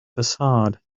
facade